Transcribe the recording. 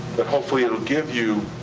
but hopefully it'll give you